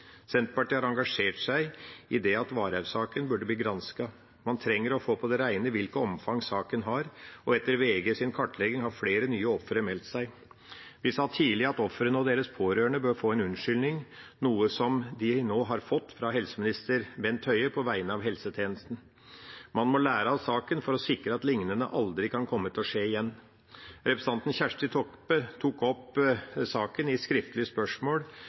Senterpartiet har engasjert seg i at Varhaug-saken burde bli gransket. Man trenger å få på det rene hvilket omfang saken har, og etter VGs kartlegging har flere nye ofre meldt seg. Vi sa tidlig at ofrene og deres pårørende bør få en unnskyldning, noe som de nå har fått fra helseminister Bent Høie på vegne av helsetjenesten. Man må lære av saken for å sikre at lignende aldri kan komme til å skje igjen. Representanten Kjersti Toppe tok opp saken i et skriftlig spørsmål